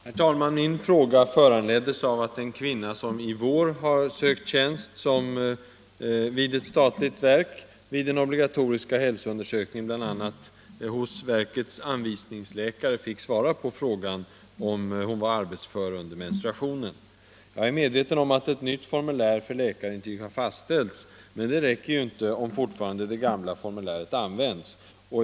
Herr talman! Min fråga föranleddes av att en kvinna, som denna vår sökte tjänst vid ett statligt verk, vid den obligatoriska hälsoundersökningen hos verkets anvisningsläkare bl.a. fick svara på frågan om hon var arbetsför under menstruationen. Jag är medveten om att ett nytt formulär för läkarintyg har fastställts. Men det räcker ju inte, om fortfarande det gamla formuläret används.